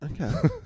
Okay